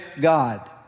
God